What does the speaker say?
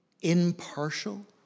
Impartial